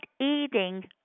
eating